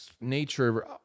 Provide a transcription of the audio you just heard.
nature